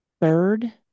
Third